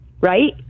Right